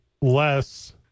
less